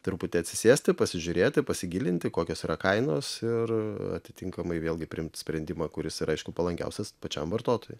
truputį atsisėsti pasižiūrėti pasigilinti kokios yra kainos ir atitinkamai vėlgi priimti sprendimą kuris yra aišku palankiausias pačiam vartotojui